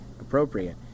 appropriate